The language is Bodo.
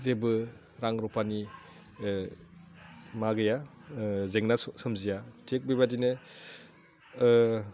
जेबो रां रुफानि मा गैया जेंना सोमजिया थिग बेबादिनो